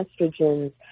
estrogens